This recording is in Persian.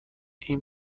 این